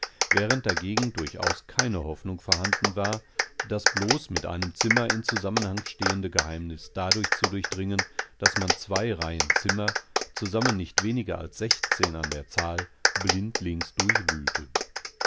während dagegen durchaus keine hoffnung vorhanden war das bloß mit einem zimmer in zusammenhang stehende geheimnis dadurch zu durchdringen daß man zwei reihen zimmer zusammen nicht weniger als sechzehnanderzahl blindlingsdurchwühlte